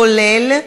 כולל,